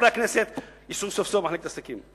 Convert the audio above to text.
חברי הכנסת ייסעו סוף-סוף במחלקת עסקים.